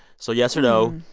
so yes or no?